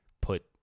put